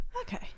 Okay